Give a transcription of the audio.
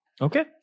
Okay